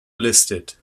listed